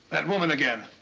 that woman again.